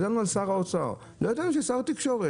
ידענו על שר האוצר, לא ידענו על שר התקשורת.